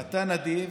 אתה נדיב,